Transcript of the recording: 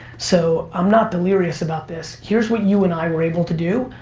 so i'm not delirious about this. here's what you and i were able to do,